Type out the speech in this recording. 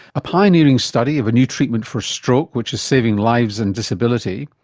a pioneering study of a new treatment for stroke which is saving lives and disability.